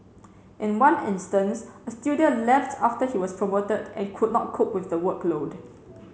in one instance a student left after he was promoted and could not cope with the workload